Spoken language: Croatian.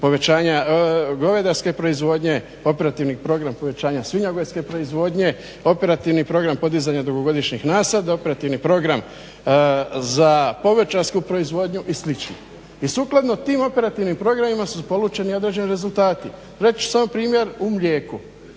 povećanja govedarske proizvodnje, operativni program povećanja svinjogojske proizvodnje, operativni program podizanja dugogodišnjih nasada, operativni program za povrćarsku proizvodnju i slično. I sukladno tim operativnim programima su polučeni i određeni rezultati. Reći ću samo primjer u mlijeku.